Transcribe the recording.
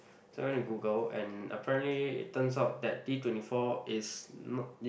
so I went to Google and apparently it turns out that D twenty four is not it